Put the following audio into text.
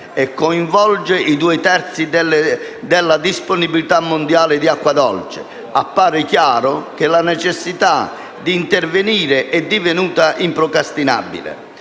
e coinvolge i due terzi della disponibilità mondiale di acqua dolce, appare chiaro che la necessità di intervenire è divenuta improcrastinabile.